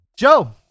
Joe